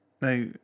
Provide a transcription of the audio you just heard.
now